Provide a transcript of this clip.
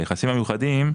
היחסים המיוחדים,